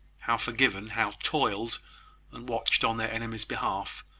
how forgiven, how toiled and watched on their enemies' behalf,